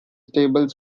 stable